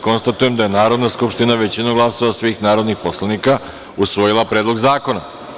Konstatujem da je Narodna skupština, većinom glasova svih narodnih poslanika, usvojila Predlog zakona.